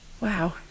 Wow